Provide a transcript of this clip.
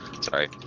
sorry